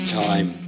time